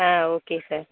ah okay sir